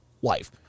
wife